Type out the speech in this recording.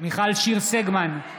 מיכל שיר סגמן,